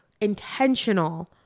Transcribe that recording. intentional